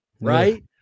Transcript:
right